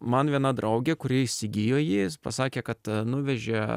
man viena draugė kuri įsigijo jį s pasakė kad nuvežė